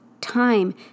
time